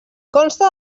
consta